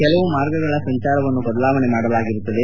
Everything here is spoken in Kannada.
ಕೆಲವು ಮಾರ್ಗಗಳ ಸಂಚಾರವನ್ನು ಬದಲಾವಣೆ ಮಾಡಲಾಗಿರುತ್ತದೆ